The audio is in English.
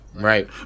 right